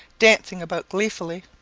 dancing about gleefully.